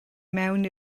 mewn